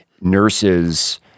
nurses –